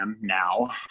now